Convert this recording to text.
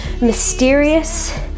mysterious